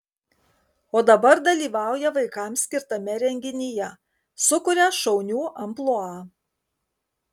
o dabar dalyvauja vaikams skirtame renginyje sukuria šaunių amplua